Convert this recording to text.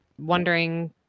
wondering